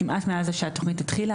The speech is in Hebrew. כמעט מהיום שבו התוכנית הזו התחילה.